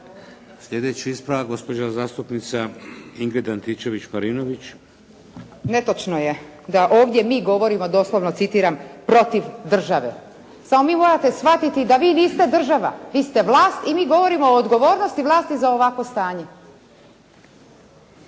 Sljedeći ispravak, gospođa zastupnica Ingrid Antičević-Marinović. **Antičević Marinović, Ingrid (SDP)** Netočno je da ovdje mi govorimo, doslovno citiram: "Protiv države". Samo vi morate shvatiti da vi niste država. Vi ste vlast i mi govorimo o odgovornosti vlasti za ovakvo stanje.